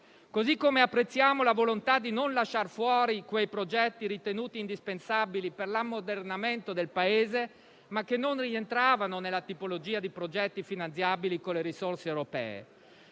Apprezziamo altresì la volontà di non escludere quei progetti ritenuti indispensabili per l'ammodernamento del Paese, ma che non rientravano nella tipologia di progetti finanziabili con le risorse europee.